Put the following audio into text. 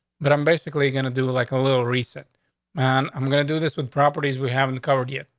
but i'm basically gonna do like a little recent man. i'm gonna do this with properties we haven't covered yet.